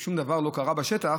כששום דבר לא קרה בשטח,